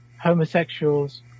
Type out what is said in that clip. homosexuals